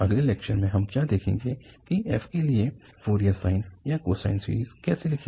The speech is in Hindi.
अगले लेक्चर में हम क्या देखेंगे कि f के लिए फोरियर साइन या कोसाइन सीरीज कैसे लिखें